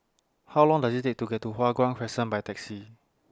How Long Does IT Take to get to Hua Guan Crescent By Taxi